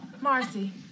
marcy